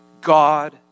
God